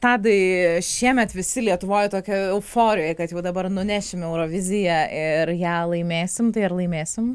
tadai šiemet visi lietuvoj tokioj euforijoj kad jau dabar nunešim euroviziją ir ją laimėsim tai ar laimėsim